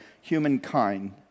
humankind